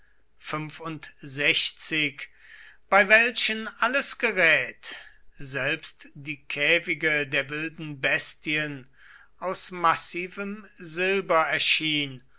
bei welchen alles gerät selbst die käfige der wilden bestien aus massivem silber erschien